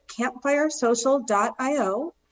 campfiresocial.io